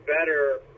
better